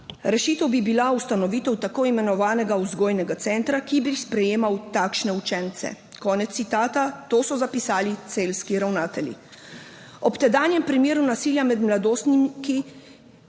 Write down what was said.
»Rešitev bi bila ustanovitev tako imenovanega vzgojnega centra, ki bi sprejemal takšne učence.« Konec citata. To so zapisali celjski ravnatelji. Ob tedanjem primeru nasilja med mladostniki,